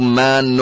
man